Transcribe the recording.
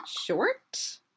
short